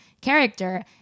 character